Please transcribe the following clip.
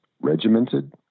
regimented